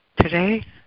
Today